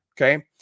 Okay